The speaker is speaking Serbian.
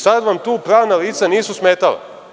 Sada vam tu pravna lica nisu smetala.